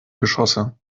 geschosse